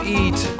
eat